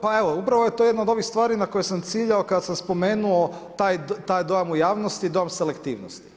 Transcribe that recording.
Pa evo, upravo je to jedna od ovih stvari na koje sam ciljao kad sam spomenuo taj dojam o javnosti, dojam selektivnosti.